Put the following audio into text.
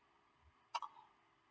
how